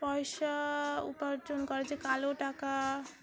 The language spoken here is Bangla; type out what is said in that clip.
পয়সা উপার্জন করেছে কালো টাকা